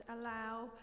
allow